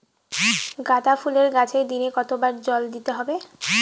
গাদা ফুলের গাছে দিনে কতবার জল দিতে হবে?